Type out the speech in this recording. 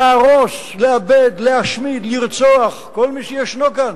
להרוס, לאבד, להשמיד, לרצוח כל מי שישנו כאן,